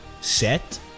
set